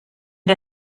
der